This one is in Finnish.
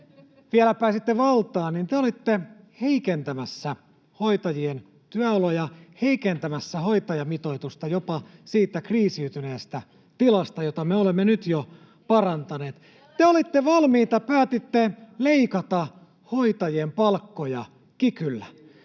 vielä pääsitte valtaan, te olitte heikentämässä hoitajien työoloja, heikentämässä hoitajamitoitusta jopa siitä kriisiytyneestä tilasta, jota me olemme nyt jo parantaneet. [Arja Juvonen: Ei pidä paikkaansa!] Te päätitte leikata hoitajien palkkoja kikyllä.